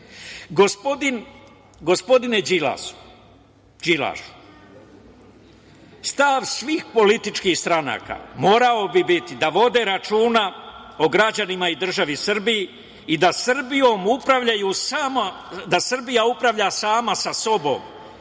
Đilasu, Đilašu stav svih političkih stranaka morao bi biti da vode računa o građanima i državi Srbiji i da Srbija upravlja sama sa sobom,